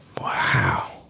Wow